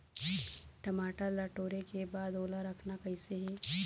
टमाटर ला टोरे के बाद ओला रखना कइसे हे?